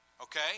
Okay